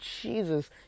Jesus